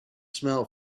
smell